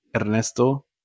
Ernesto